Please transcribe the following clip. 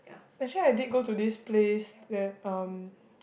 actually I did go to this place where um